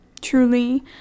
truly